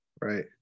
Right